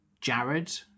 Jared